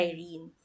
Irene